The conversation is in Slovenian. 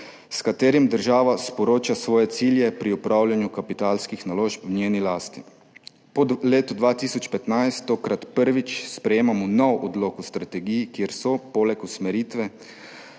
s katerim država sporoča svoje cilje pri upravljanju kapitalskih naložb v njeni lasti. Po letu 2015 tokrat prvič sprejemamo nov odlok o strategiji, kjer so poleg usmeritve